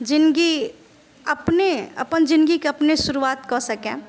जिनगी अपने अपन जिनगी के अपने शुरुआत कऽ सकए